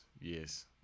yes